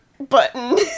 button